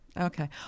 Okay